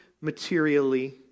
materially